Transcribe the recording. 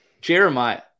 Jeremiah